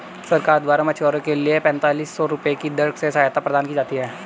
सरकार द्वारा मछुआरों के लिए पेंतालिस सौ रुपये की दर से सहायता प्रदान की जाती है